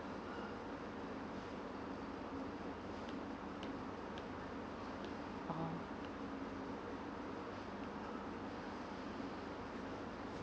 oh